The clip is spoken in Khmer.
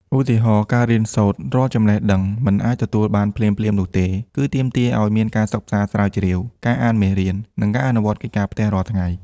ឧទាហរណ៍ ការរៀនសូត្រ រាល់ចំណេះដឹងមិនអាចទទួលបានភ្លាមៗនោះទេ គឺទាមទារឱ្យមានការសិក្សាស្រាវជ្រាវ ការអានមេរៀន និងការអនុវត្តកិច្ចការផ្ទះរាល់ថ្ងៃ។